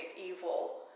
evil